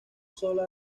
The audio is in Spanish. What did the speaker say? solo